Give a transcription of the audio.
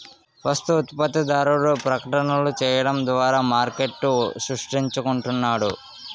వస్తు ఉత్పత్తిదారుడు ప్రకటనలు చేయడం ద్వారా మార్కెట్ను సృష్టించుకుంటున్నాడు